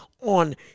on